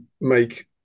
make